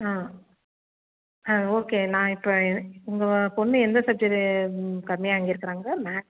ஆ ஆ ஓகே நான் இப்போ உங்கள் பெண்ணு எந்த சப்ஜெக்ட்டு கம்மியாக வாங்கியிருக்கிறாங்க மேக்ஸ்